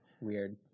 Weird